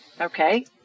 Okay